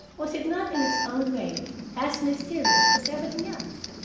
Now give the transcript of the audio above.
was it not in its own way as mysterious as everything else?